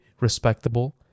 respectable